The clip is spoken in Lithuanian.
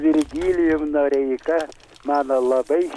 su virgilijum noreika mano labai šilti